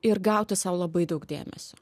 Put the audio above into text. ir gauti sau labai daug dėmesio